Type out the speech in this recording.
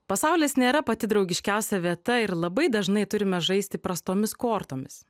pasaulis nėra pati draugiškiausia vieta ir labai dažnai turime žaisti prastomis kortomis